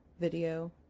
video